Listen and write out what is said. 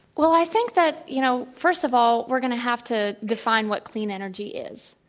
well, i think that, you know, first of all, we're going to have to define what clean energy is.